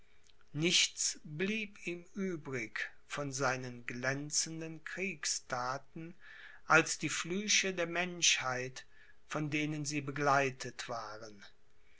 nichts blieb ihm übrig von seinen glänzenden kriegsthaten als die flüche der menschheit von denen sie begleitet waren